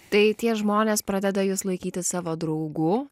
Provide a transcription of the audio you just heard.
tai tie žmonės pradeda jus laikyti savo draugu